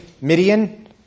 Midian